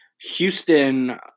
Houston